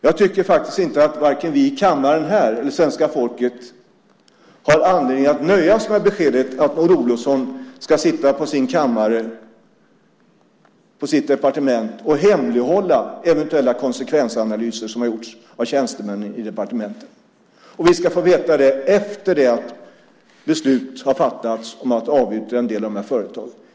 Jag tycker inte att vare sig kammaren eller svenska folket har anledning att nöja sig med beskedet att Maud Olofsson ska sitta på sin kammare på sitt departement och hemlighålla eventuella konsekvensanalyser som har gjorts av tjänstemän i departementet. Vi ska få veta det efter det att man har fattat beslut om att avyttra en del av företagen.